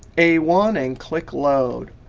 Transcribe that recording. a one, and click load.